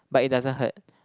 but it doesn't hurt